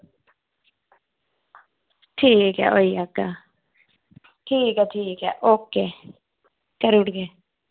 ठीक ऐ होई जाग पक्का ठीक ऐ ठीक ऐ ओ के करी ओड़गे